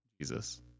Jesus